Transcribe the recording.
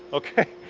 okay.